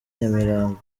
nyamirambo